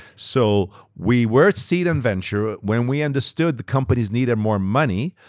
so we were seed and venture when we understood the companies needed more money.